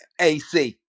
ac